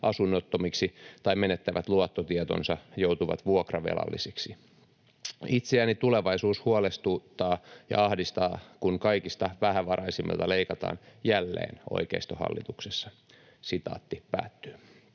asunnottomiksi tai menettävät luottotietonsa, joutuvat vuokravelallisiksi. Itseäni tulevaisuus huolestuttaa ja ahdistaa, kun kaikista vähävaraisimmilta leikataan jälleen oikeistohallituksessa.” ”Olen